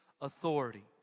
authority